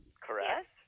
Correct